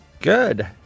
Good